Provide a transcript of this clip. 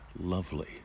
lovely